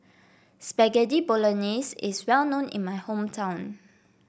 Spaghetti Bolognese is well known in my hometown